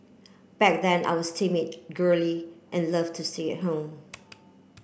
back then I was timid girly and love to say at home